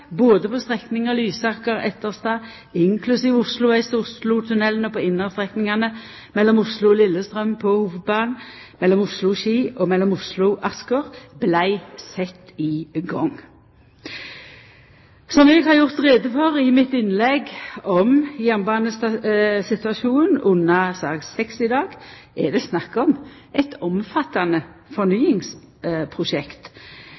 både på strekninga Lysaker–Etterstad, inklusiv Oslo S–Oslotunnelen, og på innerstrekningane mellom Oslo–Lillestrøm, på Hovudbanen, mellom Oslo–Ski og mellom Oslo–Asker, vart sette i gang. Som eg har gjort greie for i mitt innlegg om jernbanesituasjonen under sak nr. 7 i dag, er det snakk om eit omfattande